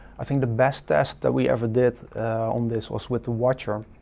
i think the best test that we ever did on this was with the watcher.